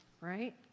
right